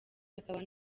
akaba